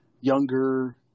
younger